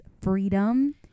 freedom